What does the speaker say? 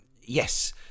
yes